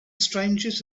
strangest